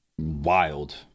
wild